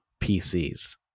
PCs